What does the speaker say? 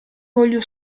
voglio